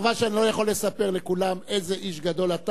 חבל שאני לא יכול לספר לכולם איזה איש גדול אתה